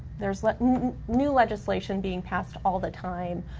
there's like new legislation being passed all the time.